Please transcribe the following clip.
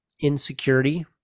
insecurity